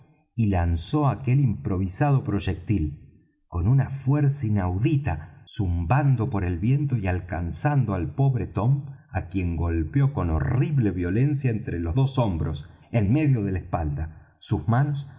y lanzó aquel improvisado proyectil con una fuerza inaudita zumbando por el viento y alcanzando al pobre tom á quien golpeó con horrible violencia entre los dos hombros en medio de la espalda sus manos